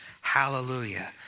Hallelujah